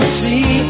see